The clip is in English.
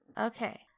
Okay